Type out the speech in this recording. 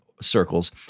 circles